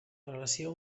relació